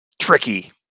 tricky